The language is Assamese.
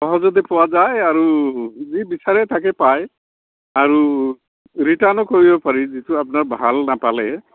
সহজতে পোৱা যায় আৰু যি বিচাৰে তাকে পায় আৰু ৰিটাৰ্ণো কৰিব পাৰি যিটো বস্তু আপোনাৰ ভাল নাপালে